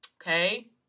Okay